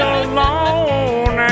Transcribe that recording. alone